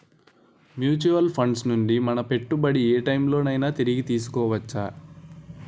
Mutual funds నుండి మన పెట్టుబడిని ఏ టైం లోనైనా తిరిగి తీసుకోవచ్చా?